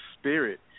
spirit